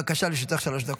בבקשה, לרשותך שלוש דקות.